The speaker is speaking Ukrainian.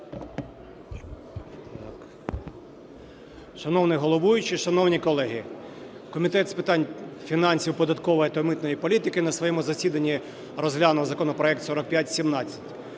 Шановний головуючий, шановні колеги! Комітет з питань фінансів, податкової та митної політики на своєму засіданні розглянув законопроект 4517.